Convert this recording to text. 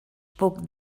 puc